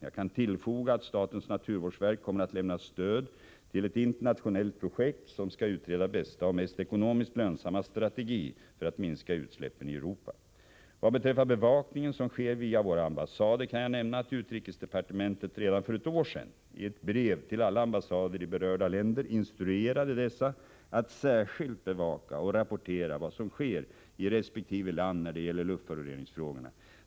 Jag kan tillfoga att statens Fredagen den naturvårdsverk kommer att lämna stöd till ett internationellt projekt som 9 november 1984 skall utreda bästa och mest ekonomiskt lönsamma strategi för att minska utsläppen i Europa. Om åtgärder för att Vad bevakningen öm 2 via våra ambassader kan jag nämna begränsa försuratt utrikes epartementet redan för Ht r sedan i ett brev till alla ambassader i ningen av mark och berörda länder instruerade dessa att särskilt bevaka och rapportera vad som vatten, m.m. sker i resp. land när det gäller luftföroreningsfrågorna.